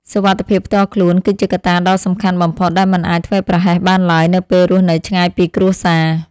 សុវត្ថិភាពផ្ទាល់ខ្លួនគឺជាកត្តាដ៏សំខាន់បំផុតដែលមិនអាចធ្វេសប្រហែសបានឡើយនៅពេលរស់នៅឆ្ងាយពីគ្រួសារ។